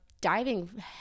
diving